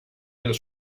della